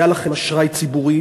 היה לכם אשראי ציבורי,